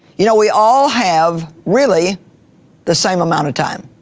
you know, we all have really the same amount of time,